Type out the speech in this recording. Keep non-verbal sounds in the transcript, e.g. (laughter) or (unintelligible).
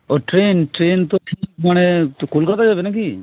ও train train তো (unintelligible) মানে তো কলকাতা যাবে না কি